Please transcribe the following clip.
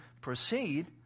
proceed